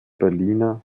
berliner